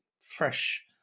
fresh